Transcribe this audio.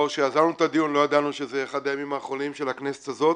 כשיזמנו את הדיון לא ידענו שזה יהיה אחד הימים האחרונים של הכנסת הזאת,